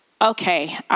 okay